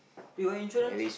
you got insurance